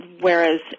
whereas